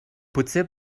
potser